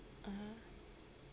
(uh huh)